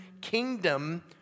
kingdom